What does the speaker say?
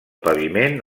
paviment